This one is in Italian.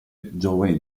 giovani